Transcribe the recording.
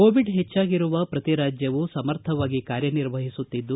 Covid ಹೆಚ್ಚಾಗಿರುವ ಪ್ರತಿ ರಾಜ್ಯವೂ ಸಮರ್ಥವಾಗಿ ಕಾರ್ಯನಿರ್ವಹಿಸುತ್ತಿದ್ದು